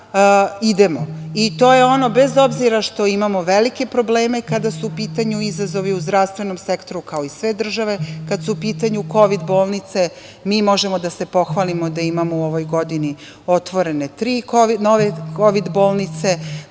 idemo. To je ono bez obzira što imamo velike probleme kada su u pitanju izazovi u zdravstvenom sektoru kao i sve države kada su u pitanju kovid bolnice, mi možemo da se pohvalimo da imamo u ovoj godini otvorene tri nove kovid bolnice,